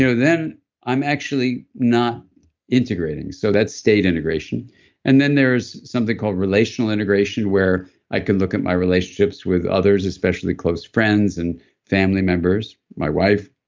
so then i'm actually not integrating, so that's state integration and then there's something called relational integration, where i can look at my relationships with others, especially close friends and family members, my wife,